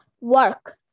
Work